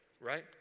right